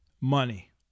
money